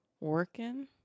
Working